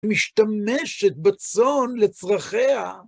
משתמשת בצאן לצרכיה.